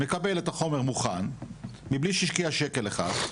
מקבל את החומר מוכן מבלי שהשקיע שקל אחד.